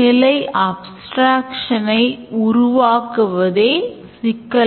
இல்லையெனில் out of cash என்று display செய்ய வேண்டும் ATM ஒரு ரசீதை print செய்வதற்குப் போதுமான காகிதம் கொண்டிருக்க வேண்டும் மற்றும் சில